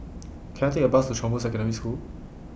Can I Take A Bus to Chong Boon Secondary School